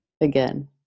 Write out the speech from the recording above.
again